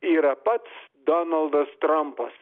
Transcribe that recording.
yra pats donaldas trampas